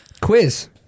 Quiz